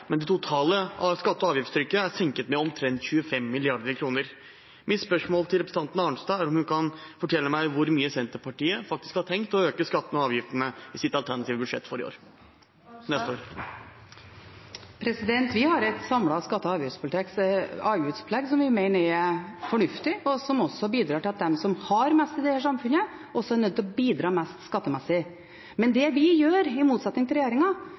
Men det totale skatte- og avgiftstrykket er senket med omtrent 25 mrd. kr. Mitt spørsmål til representanten Arnstad er om hun kan fortelle meg hvor mye Senterpartiet har tenkt å øke skattene og avgiftene i sitt alternative budsjett for neste år. Vi har et samlet skatte- og avgiftsopplegg som vi mener er fornuftig, og som også bidrar til at de som har mest i samfunnet, er nødt til å bidra mest skattemessig. Men det vi gjør – i motsetning til